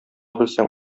белсәң